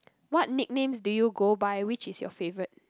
what nicknames do you go by which is your favorite